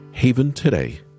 haventoday